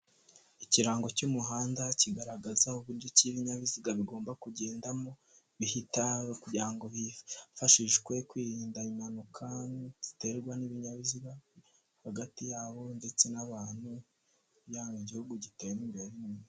Ikirango cy'umuhanda kigaragaza uburyo ki ibinyabiziga bigomba kugendamo, bihita, kugira ngo hifashishwe kwirinda impanuka ziterwa n'ibinyabiziga, hagati yabo ndetse n'abantu kugira ngo igihugu gitera imbere.